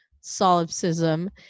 solipsism